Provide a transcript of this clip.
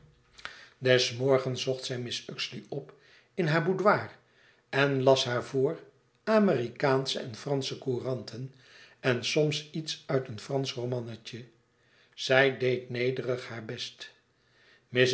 des morgens zocht zij mrs uxeley op in haar boudoir en las haar voor amerikaansche en fransche couranten en soms iets uit een fransch romannetje zij deed nederig haar best